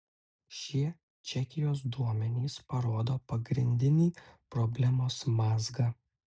šie čekijos duomenys parodo pagrindinį problemos mazgą